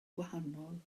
gwahanol